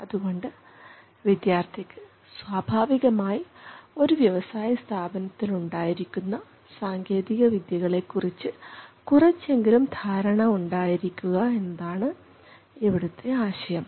അതുകൊണ്ട് വിദ്യാർത്ഥിക്ക് സ്വാഭാവികമായി ഒരു വ്യവസായ സ്ഥാപനത്തിൽ ഉണ്ടായിരിക്കുന്ന സാങ്കേതികവിദ്യകളെകുറിച്ച് കുറച്ചെങ്കിലും ധാരണ ഉണ്ടായിരിക്കുക എന്നതാണ് ഇവിടുത്തെ ആശയം